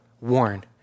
warn